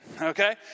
Okay